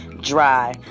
dry